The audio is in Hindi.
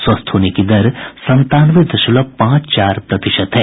स्वस्थ होने की दर संतानवे दशमलव पांच चार प्रतिशत है